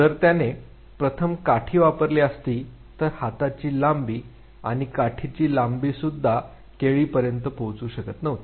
जर त्याने प्रथम काठी वापरली असती तर हाताची लांबी आणि काठीची लांबी सुद्धा केळीपर्यंत पोहोचू शकत नव्हती